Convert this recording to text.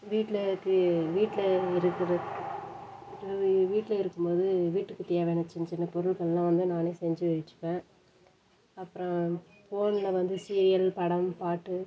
வீட்டில் இருக்கு வீட்டில் இருக்கிற வீட்டில் இருக்கும் போது வீட்டுக்கு தேவையான சின்ன சின்ன பொருட்கள் எல்லாம் வந்து நானே செஞ்சு வச்சுப்பேன் அப்புறம் ஃபோனில் வந்து சீரியல் படம் பாட்டு